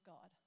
God